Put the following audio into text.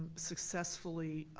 successfully